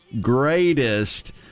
greatest